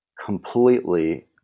completely